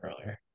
earlier